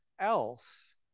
else